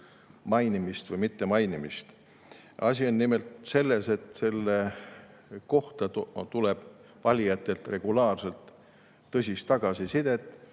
mainimist või mittemainimist. Asi on nimelt selles, et selle kohta tuleb valijatelt regulaarselt tõsist tagasisidet,